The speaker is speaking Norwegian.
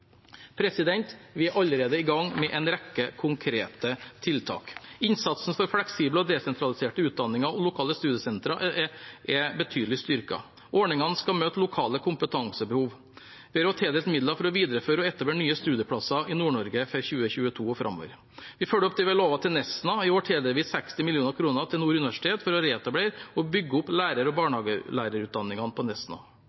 Vi er allerede i gang med en rekke konkrete tiltak: Innsatsen for fleksible og desentraliserte utdanninger og lokale studiesentre er betydelig styrket. Ordningene skal møte lokale kompetansebehov. Vi har også tildelt midler for å videreføre og etablere nye studieplasser i Nord-Norge for 2022 og framover. Vi følger opp det vi har lovet til Nesna. I år tildeler vi 60 mill. kr til Nord universitet for å reetablere og bygge opp lærer- og